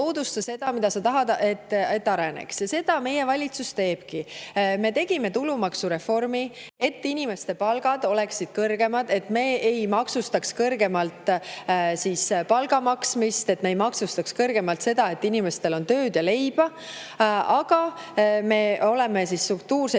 seda, mida sa tahad, et areneks. Ja seda meie valitsus teebki. Me tegime tulumaksureformi, et inimeste palgad oleksid kõrgemad, et me ei maksustaks kõrgemalt palga maksmist, et me ei maksustaks kõrgemalt seda, et inimestel on tööd ja leiba. Aga me oleme maksupoliitikas